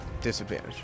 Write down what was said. Disadvantage